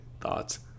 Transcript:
thoughts